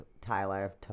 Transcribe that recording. Tyler